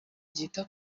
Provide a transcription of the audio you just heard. ryita